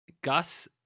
Gus